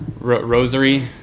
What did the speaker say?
rosary